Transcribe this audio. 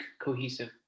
cohesive